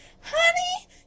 Honey